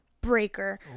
breaker